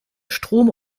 strom